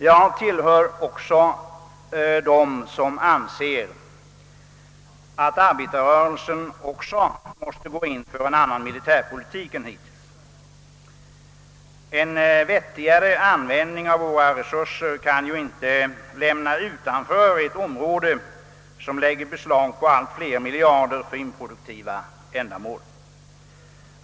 Jag tillhör också dem som anser, att arbetarrörelsen också måste gå in för en annan militärpolitik än hitills. En vettigare användning av våra resurser kan inte utelämna ett område, som lägger beslag på allt fler miljarder för improduktiva ändamål.